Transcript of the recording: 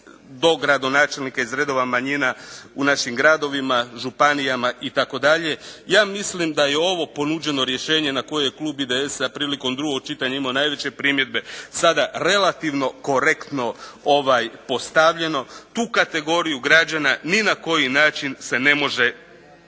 dogradonačelnika iz redova manjina u našim županijama i gradovima itd., ja mislim da je ovo ponuđeno rješenje na koje je Klub IDS-a prilikom drugog čitanja imao najveće primjedbe sada relativno korektno postavljeno, tu kategoriju građana ni na koji način se ne može